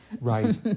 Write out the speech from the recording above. right